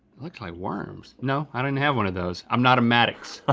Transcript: looks like worms, no, i didn't have one of those. i'm not a mattox. ah